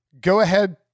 go-ahead